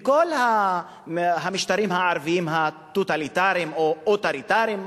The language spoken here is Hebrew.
בכל המשטרים הטוטליטריים או האוטוריטריים,